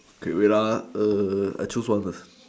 K wait ah err I choose one first